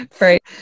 right